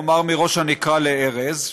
נאמר מראש הנקרה לארז,